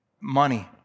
money